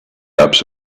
ups